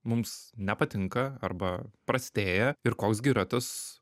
mums nepatinka arba prastėja ir koks gi yra tas